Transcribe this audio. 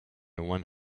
one